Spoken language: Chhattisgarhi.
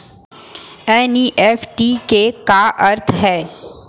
एन.ई.एफ.टी के का अर्थ है?